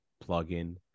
plug-in